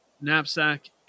knapsack